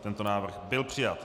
Tento návrh byl přijat.